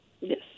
Yes